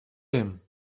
him